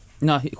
No